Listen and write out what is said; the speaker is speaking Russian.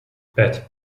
пять